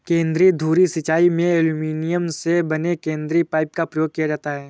केंद्र धुरी सिंचाई में एल्युमीनियम से बने केंद्रीय पाइप का प्रयोग किया जाता है